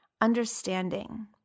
understanding